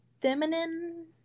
feminine